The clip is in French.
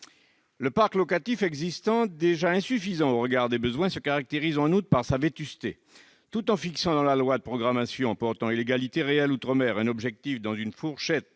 Le parc locatif existant, déjà insuffisant au regard des besoins, se caractérise en outre par sa vétusté. Tout en fixant dans la loi de programmation relative à l'égalité réelle outre-mer un objectif ambitieux